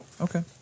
Okay